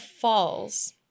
falls